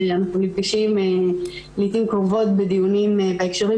כשאנחנו נפגשים לעיתים קרובות בדיונים בהקשרים